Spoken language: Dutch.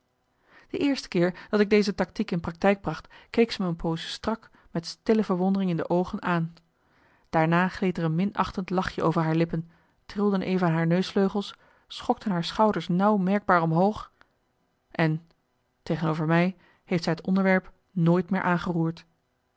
de eerste keer dat ik deze taktiek in praktijk bracht keek ze me een poos strak met stille verwondering in de oogen daarna gleed er een minachtend lachje over haar lippen trilden even haar neusvleugels schokten haar schouders nauw merkbaar omhoog en tegenover mij heeft zij het onderwerp nooit meer aangeroerd